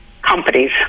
companies